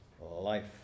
life